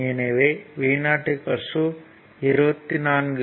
எனவே Vo 24 V ஆகும்